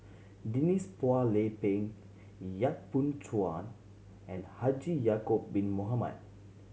Denise Phua Lay Peng Yap Boon Chuan and Haji Ya'acob Bin Mohamed